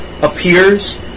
appears